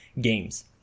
games